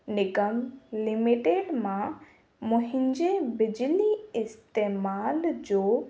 निगम limited मां मुहिंजे बिजली इस्तेमालु जो